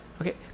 okay